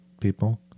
people